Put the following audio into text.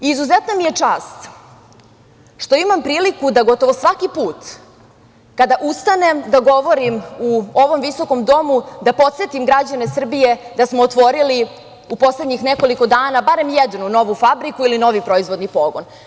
Izuzetna mi je čast što imam priliku da gotovo svaki put kada ustanem da govorim u ovom Visokom domu da podsetim građane Srbije da smo otvorili u poslednjih nekoliko dana barem jednu novu fabriku ili novi proizvodni pogon.